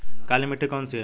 काली मिट्टी कौन सी है?